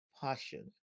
passion